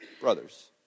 brothers